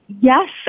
Yes